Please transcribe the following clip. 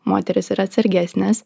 moterys yra atsargesnės